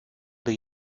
des